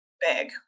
big